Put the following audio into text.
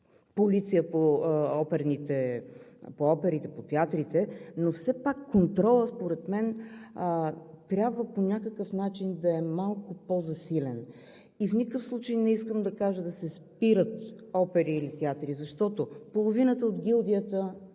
полиция по оперите, по театрите, но все пак контролът според мен трябва по някакъв начин да е малко по-засилен. В никакъв случай не искам да кажа да се спират опери или театри, защото половината от гилдията